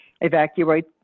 evacuate